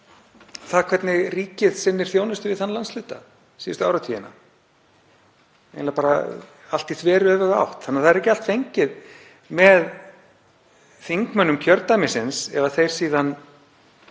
það hvernig ríkið sinnir þjónustu við þann landshluta síðustu áratugina, eiginlega bara allt í þveröfuga átt. Það er ekki allt fengið með þingmönnum kjördæmisins ef þeir síðan